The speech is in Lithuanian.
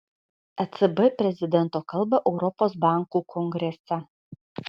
ecb prezidento kalbą europos bankų kongrese